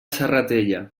serratella